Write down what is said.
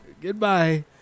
Goodbye